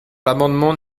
l’amendement